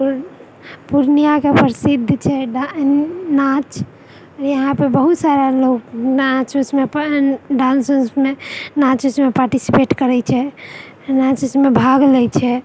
पुर पूर्णियाँके प्रसिद्ध छै डा नाँच यहाँपे बहुत सारा लोग नाँच उँचमे डान्स वान्समे नाँच उँचमे पार्टिसिपेट करैत छै नाँच उँचमे भाग लेइ छै